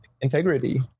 integrity